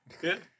Good